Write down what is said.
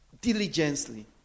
Diligently